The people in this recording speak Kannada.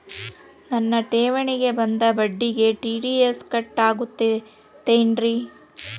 ನನ್ನ ಠೇವಣಿಗೆ ಬಂದ ಬಡ್ಡಿಗೆ ಟಿ.ಡಿ.ಎಸ್ ಕಟ್ಟಾಗುತ್ತೇನ್ರೇ?